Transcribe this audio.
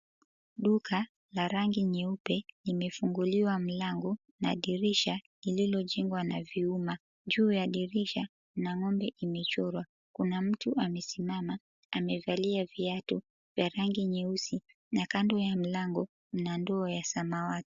Duka la rangi nyeupe limefunguliwa mlango na dirisha ililojengwa na vyuma. Juu ya dirisha mna ng'ombe imechorwa. Kuna mtu amesimama. Amevalia viatu vya rangi nyeusi na kando ya mlango kuna ndoo ya samawati.